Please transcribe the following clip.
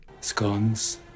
scones